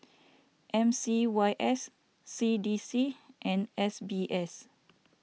M C Y S C D C and S B S